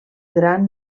gran